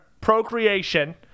procreation